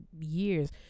years